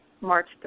March